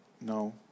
No